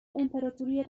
امپراتوری